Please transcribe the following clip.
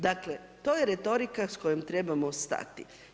Dakle, to je retorika s kojom trebamo stati.